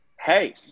hey